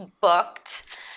booked